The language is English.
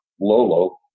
Lolo